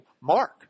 Mark